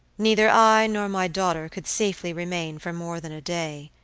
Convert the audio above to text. neither i nor my daughter could safely remain for more than a day.